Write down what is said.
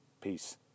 Peace